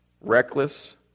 reckless